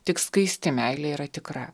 tik skaisti meilė yra tikra